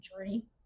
journey